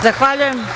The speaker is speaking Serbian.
Zahvaljujem.